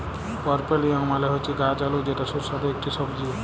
purple yam মালে হচ্যে গাছ আলু যেটা সুস্বাদু ইকটি সবজি